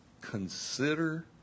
consider